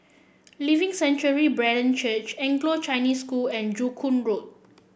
Living Sanctuary Brethren Church Anglo Chinese School and Joo Koon Road